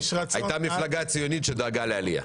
הייתה מפלגה ציונית שדאגה לעלייה.